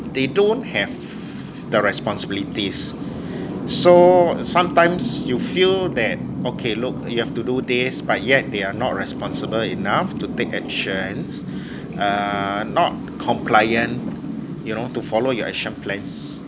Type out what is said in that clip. they don't have the responsibilities so sometimes you feel that okay look you have to do this but yet they are not responsible enough to take actions err not compliant you know to follow your action plans